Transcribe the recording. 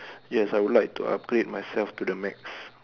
yes I would like to upgrade myself to the max